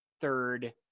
third